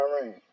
Iran